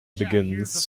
begins